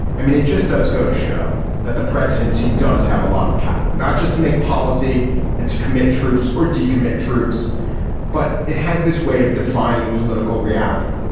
i mean it just does go to show that the presidency does have a lot of power not just to make policy and to commit troops or d commit troops but it has this way of defining political reality.